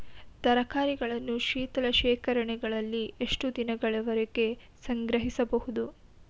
ತರಕಾರಿಗಳನ್ನು ಶೀತಲ ಶೇಖರಣೆಗಳಲ್ಲಿ ಎಷ್ಟು ದಿನಗಳವರೆಗೆ ಸಂಗ್ರಹಿಸಬಹುದು?